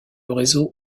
réseau